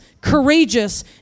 courageous